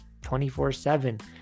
24-7